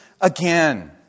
again